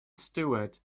stewart